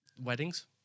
Weddings